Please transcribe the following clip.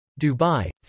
Dubai